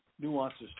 nuances